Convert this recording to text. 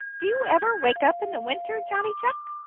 do you ever wake up in the winter, johnny chuck?